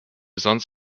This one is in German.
sonst